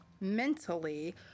mentally